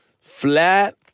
Flat